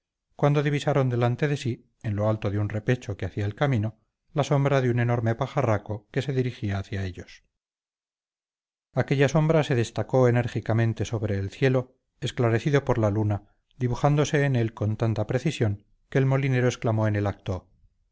cuando divisaron delante de sí en lo alto de un repecho que hacía el camino la sombra de un enorme pajarraco que se dirigía hacia ellos aquella sombra se destacó enérgicamente sobre el cielo esclarecido por la luna dibujándose en él con tanta precisión que el molinero exclamó en el acto